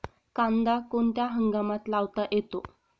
कांदा कोणत्या हंगामात लावता येतो?